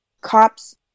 cops